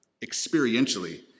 experientially